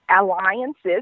alliances